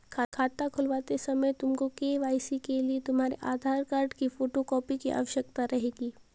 खाता खुलवाते समय तुमको के.वाई.सी के लिए तुम्हारे आधार कार्ड की फोटो कॉपी की आवश्यकता रहेगी